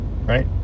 right